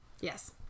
Yes